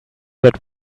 that